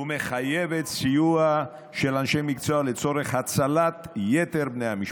ומחייבת סיוע של אנשי מקצוע לצורך הצלת יתר בני המשפחה.